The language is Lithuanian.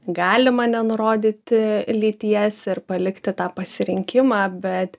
galima nenurodyti lyties ir palikti tą pasirinkimą bet